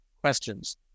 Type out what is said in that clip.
questions